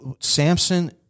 Samson